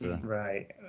Right